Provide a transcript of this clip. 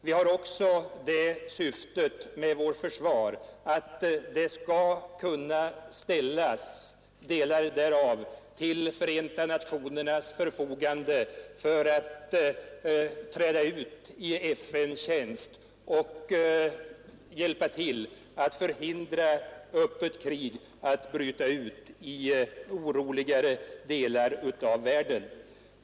Vi har också det syftet med vårt försvar att delar därav skall kunna ställas till Förenta nationernas förfogande för att hjälpa till att förhindra att öppet krig bryter ut i oroligare delar av världen.